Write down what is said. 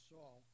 Saul